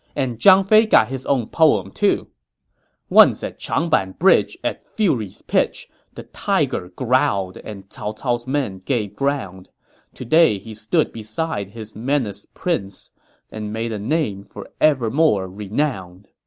and zhang fei got his own poem, too once at changban bridge at fury's pitch the tiger growled and cao cao's men gave ground today he stood beside his menaced prince and made a name for evermore renowned